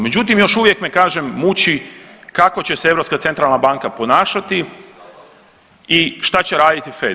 Međutim, još uvijek me kažem muči kako će se Europska centralna banka ponašati i šta će raditi FED?